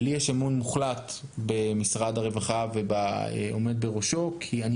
לי יש אמון מוחלט במשרד הרווחה ובעומד בראשו כי אני